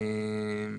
אנחנו